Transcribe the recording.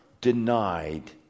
denied